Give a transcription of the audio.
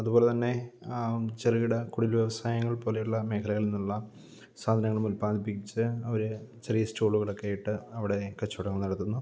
അതുപോലെത്തന്നെ ചെറുകിട കുടില്വ്യവസായങ്ങള് പോലെയുള്ള മേഖലകളിൽനിന്നുള്ള സാധനങ്ങള് ഉത്പാദിപ്പിച്ച് അവർ ചെറിയ സ്റ്റാളുകള് ഒക്കെ ഇട്ട് അവിടെ കച്ചവടം നടത്തുന്നു